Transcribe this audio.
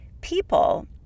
People